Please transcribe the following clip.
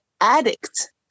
addict